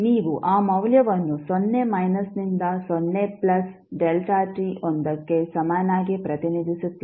ನೀವು ಆ ಮೌಲ್ಯವನ್ನು ಸೊನ್ನೆ ಮೈನಸ್ನಿಂದ ಸೊನ್ನೆ ಪ್ಲಸ್ ಒಂದಕ್ಕೆ ಸಮನಾಗಿ ಪ್ರತಿನಿಧಿಸುತ್ತೀರಿ